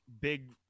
big